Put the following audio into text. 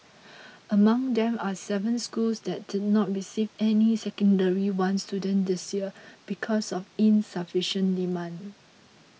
among them are seven schools that did not receive any Secondary One students this year because of insufficient demand